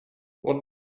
what